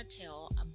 tell